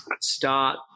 start